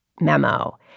memo